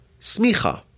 smicha